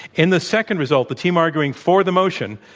in the second result, the team arguing for the motion,